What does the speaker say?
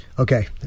Okay